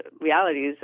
realities